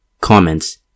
Comments